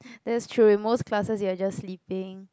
that's true in most classes you are just sleeping